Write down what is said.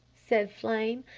said flame.